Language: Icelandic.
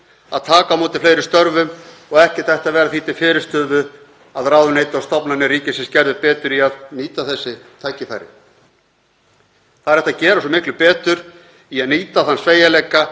að taka á móti fleiri störfum og ekkert ætti að vera því til fyrirstöðu að ráðuneyti og stofnanir ríkisins gerðu betur í að nýta þessi tækifæri. Það er hægt að gera svo miklu betur í að nýta þann sveigjanleika